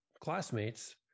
classmates